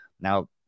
Now